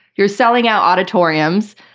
you're selling out auditoriums.